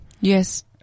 Yes